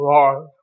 Lord